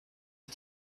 ich